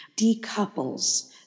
decouples